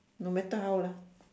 no matter how lah